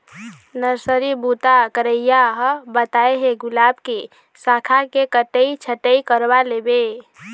nursery बूता करइया ह बताय हे गुलाब के साखा के कटई छटई करवा लेबे